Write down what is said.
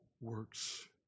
works